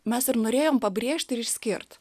mes ir norėjom pabrėžt ir išskirt